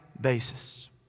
basis